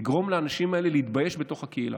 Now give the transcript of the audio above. לגרום לאנשים האלה להתבייש בתוך הקהילה.